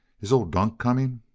is old dunk coming?